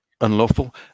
unlawful